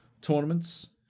tournaments